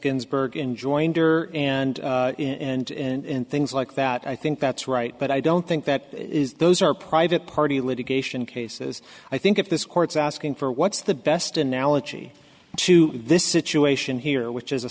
ginsburg enjoined or and in and things like that i think that's right but i don't think that is those are private party litigation cases i think if this court's asking for what's the best analogy to this situation here which is a